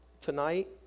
tonight